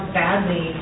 badly